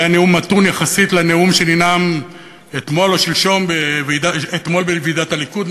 זה היה נאום מתון יחסית לנאום שננאם אתמול בוועידת הליכוד,